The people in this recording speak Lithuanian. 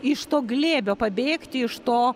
iš to glėbio pabėgti iš to